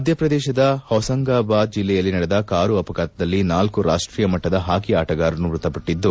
ಮಧ್ಯಪ್ರದೇಶದ ಹೊಸಾಂಗಾಬಾದ್ ಜಿಲ್ಲೆಯಲ್ಲಿ ನಡೆದ ಕಾರು ಅಪಘಾತದಲ್ಲಿ ನಾಲ್ಕು ರಾಷ್ಟೀಯ ಮಟ್ಟದ ಪಾಃ ಆಟಗಾರರು ಮೃತಪಟ್ಟದ್ದು